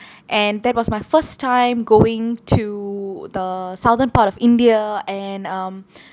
and that was my first time going to the southern part of india and um